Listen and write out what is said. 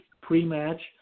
pre-match